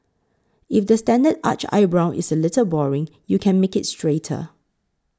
if the standard arched eyebrow is a little boring you can make it straighter